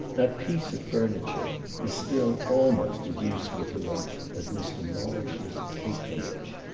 that piece of furniture is still almost as useful to him as mr. morrish's patronage.